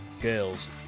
Girls